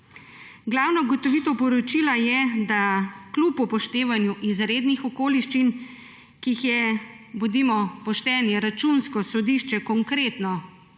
Glavna ugotovitev poročila je, da kljub upoštevanju izrednih okoliščin, ki jih je, bodimo pošteni, Računsko sodišče korektno